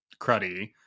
cruddy